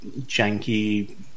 janky